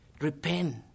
Repent